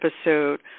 episode